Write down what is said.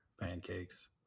pancakes